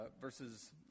verses